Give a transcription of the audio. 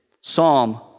psalm